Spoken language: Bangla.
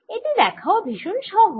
এটি দেখাও ভীষণ সহজ